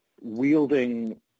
wielding